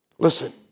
Listen